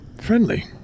friendly